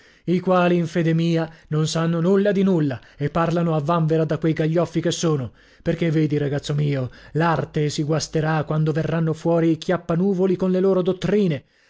i quali in fede mia non sanno nulla di nulla e parlano a vanvera da quei gaglioffi che sono perchè vedi ragazzo mio l'arte si guasterà quando verranno fuori i chiappanuvoli con le loro dottrine